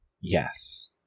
yes